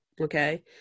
Okay